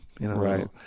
Right